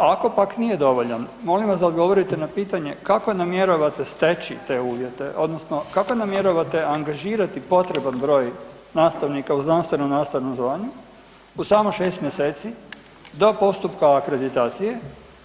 A ako pak nije dovoljan, molim vas da odgovorite na pitanje kako namjeravate steći te uvjete odnosno kako namjeravate angažirati potreban broj nastavnika u znanstveno-nastavnom zvanju u samo 6 mjeseci do postupka akreditacije